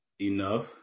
enough